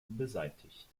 beseitigt